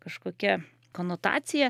kažkokia konotacija